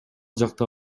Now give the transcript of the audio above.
жакта